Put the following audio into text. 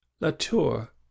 Latour